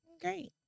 Great